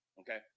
Okay